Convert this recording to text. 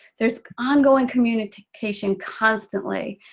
there is ongoing communication constantly,